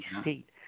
State